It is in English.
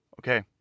Okay